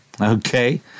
okay